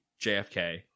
JFK